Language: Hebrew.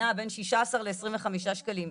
נעה בין שישה עשר לעשרים וחמישה שקלים.